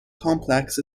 complex